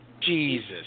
Jesus